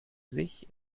sich